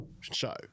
show